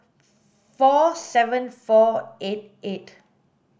four seven four eight eight